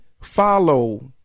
follow